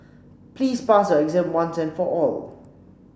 please pass your exam once and for all